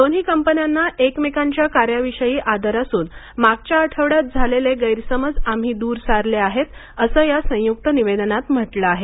दोन्ही कंपन्यांना एकमेकांच्या कार्याविषयी आदर असून मागच्या आठवड्यात झालेले गैरसमज आम्ही दूर सारले आहेत असं या संयूक्त निवेदनात म्हटलं आहे